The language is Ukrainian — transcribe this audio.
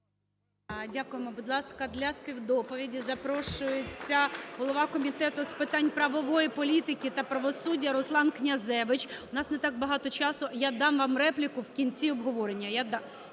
Дякуємо. Будь ласка, до співдоповіді запрошується голова Комітету з питань правової політики та правосуддя Руслан Князевич. В нас не так багато часу, я дам вам репліку в кінці обговорення.